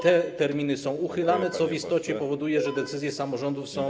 Te terminy są uchylane, co w istocie powoduje, że decyzje samorządów są.